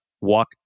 Walk